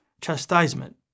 chastisement